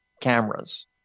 cameras